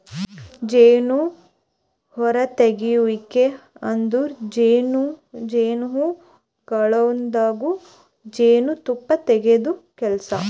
ಜೇನು ಹೊರತೆಗೆಯುವಿಕೆ ಅಂದುರ್ ಜೇನುಹುಳಗೊಳ್ದಾಂದು ಜೇನು ತುಪ್ಪ ತೆಗೆದ್ ಕೆಲಸ